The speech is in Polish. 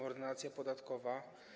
Ordynacja podatkowa.